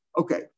Okay